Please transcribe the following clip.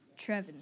Trevin